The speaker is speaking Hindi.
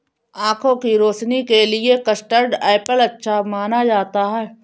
आँखों की रोशनी के लिए भी कस्टर्ड एप्पल अच्छा माना जाता है